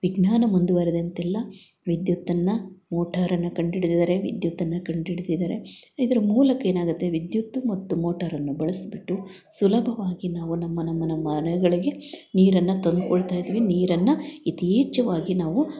ವಿಜ್ಞಾನ ಮುಂದುವರೆದಂತೆಲ್ಲ ವಿದ್ಯುತ್ತನ್ನು ಮೋಟಾರನ್ನು ಕಂಡು ಹಿಡ್ದಿದ್ದಾರೆ ವಿದ್ಯುತ್ತನ್ನು ಕಂಡು ಹಿಡ್ದಿದ್ದಾರೆ ಇದರ ಮೂಲಕ ಏನಾಗುತ್ತೆ ವಿದ್ಯುತ್ತು ಮತ್ತು ಮೋಟಾರನ್ನು ಬಳಸಿಬಿಟ್ಟು ಸುಲಭವಾಗಿ ನಾವು ನಮ್ಮ ನಮ್ಮ ನಮ್ಮ ಮನೆಗಳಿಗೆ ನೀರನ್ನು ತಂದುಕೊಳ್ತಾ ಇದ್ದೀವಿ ನೀರನ್ನು ಯಥೇಚ್ಛವಾಗಿ ನಾವು